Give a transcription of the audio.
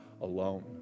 alone